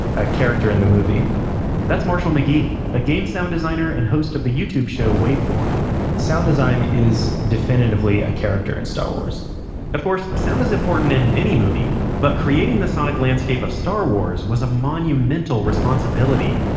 a character in the movie that's marshall mcghee. a game sound designer and host of the youtube show waveform sound design is definitively a character in star wars of course, sound is important in any movie, but creating the sonic landscape of star wars was a monumental responsibility